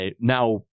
now